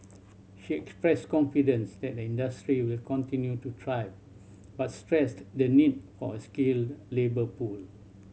she expressed confidence that the industry will continue to thrive but stressed the need for a skilled labour pool